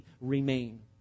remain